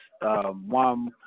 one